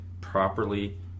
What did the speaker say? properly